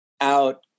out